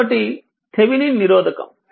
కాబట్టి థేవినిన్ నిరోధకం